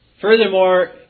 Furthermore